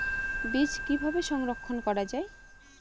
বীজ কিভাবে সংরক্ষণ করা যায়?